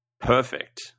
perfect